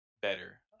better